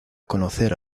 conocer